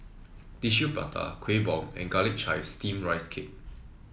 Tissue Prata Kueh Bom and garlic chives steam Rice Cake